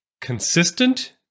consistent